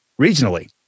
regionally